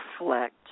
reflect